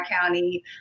County